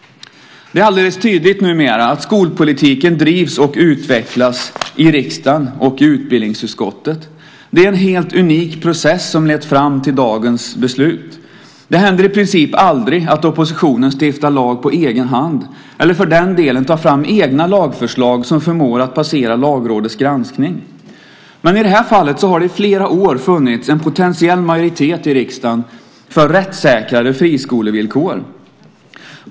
Det är alldeles tydligt numera att skolpolitiken drivs och utvecklas i riksdagen och i utbildningsutskottet. Det är en helt unik process som har lett fram till dagens beslut. Det händer i princip aldrig att oppositionen stiftar lag på egen hand eller för den delen tar fram egna lagförslag som förmår att passera Lagrådets granskning. Men i det här fallet har det i flera år funnits en potentiell majoritet i riksdagen för rättssäkrare friskolevillkor.